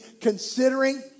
considering